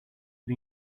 but